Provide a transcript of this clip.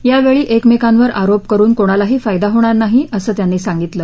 यावेळी एकमेकांवर आरोप करून कोणालाही फायदा होणार नाही असं त्यांनी सांगितलं